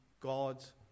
God's